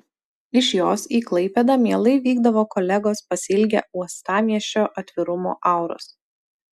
iš jos į klaipėdą mielai vykdavo kolegos pasiilgę uostamiesčio atvirumo auros